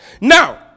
Now